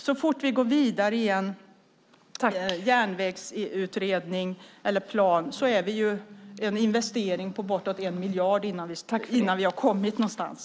Så fort vi går vidare i en järnvägsutredning eller en plan är det fråga om en investering på bortåt 1 miljard innan vi har kommit någonstans.